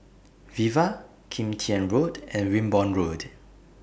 Viva Kim Tian Road and Wimborne Road